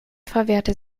verwehrte